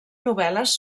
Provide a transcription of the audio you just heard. novel·les